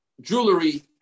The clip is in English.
jewelry